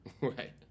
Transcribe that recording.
Right